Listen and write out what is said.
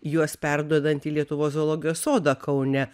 juos perduodant į lietuvos zoologijos sodą kaune